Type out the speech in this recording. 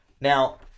Now